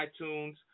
iTunes